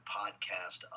podcast